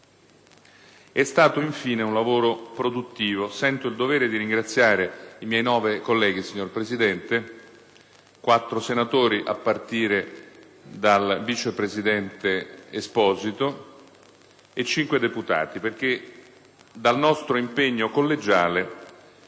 È stato, infine, un lavoro produttivo. Sento il dovere di ringraziare i miei nove colleghi - quattro senatori, a partire dal vice presidente Esposito, e cinque deputati - perché dal nostro impegno collegiale